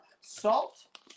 salt